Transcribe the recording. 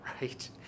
right